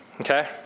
okay